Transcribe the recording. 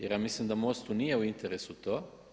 Jer ja mislim da MOST-u nije u interesu to.